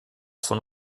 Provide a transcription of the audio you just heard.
von